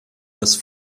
das